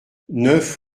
neuf